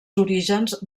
orígens